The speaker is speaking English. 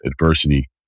adversity